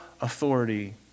authority